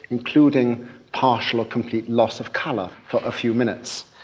including partial or complete loss of colour for a few minutes.